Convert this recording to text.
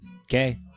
okay